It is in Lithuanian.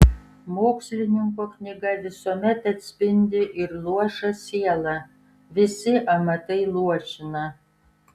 mokslininko knyga visuomet atspindi ir luošą sielą visi amatai luošina